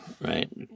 right